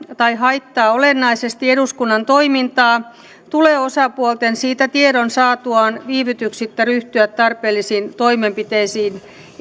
tai haittaa olennaisesti eduskunnan toimintaa tulee osapuolten siitä tiedon saatuaan viivytyksittä ryhtyä tarpeellisiin toimenpiteisiin